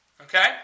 Okay